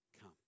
come